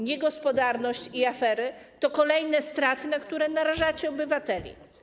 Niegospodarność i afery to kolejne straty, na które narażacie obywateli.